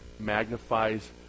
Magnifies